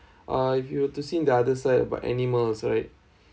uh if you have to seen the other side about animals right